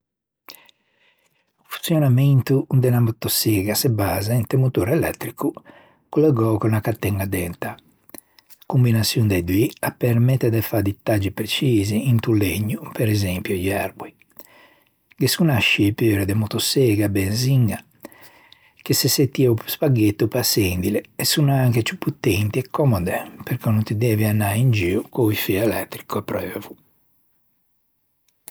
O fonçionamento de unna motosega se basa inte un mòtore elettrico collegou con unna cadeña dentâ. A combinaçion di doî a permette de fâ di taggi precisi into legno, per esmpio, e i erboi. Ghe son ascì pure de motoseghe a benziña che se tia o spaghetto pe açendile e son anche ciù potenti e comode perché no ti devi anâ in gio con un fî elettrico apreuvo.